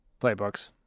playbooks